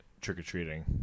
trick-or-treating